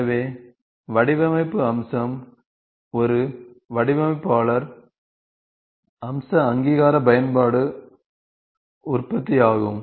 எனவே வடிவமைப்பு அம்சம் ஒரு வடிவமைப்பாளர் அம்ச அங்கீகார பயன்பாடு உற்பத்தி ஆகும்